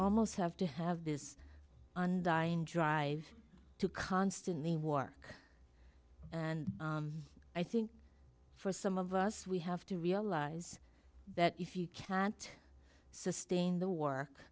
almost have to have this undying drive to constantly war and i think for some of us we have to realize that if you can't sustain the w